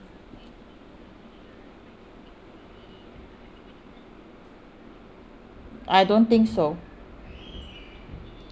I don't think so